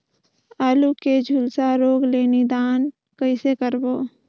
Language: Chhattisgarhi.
आलू के झुलसा रोग ले निदान कइसे करबो?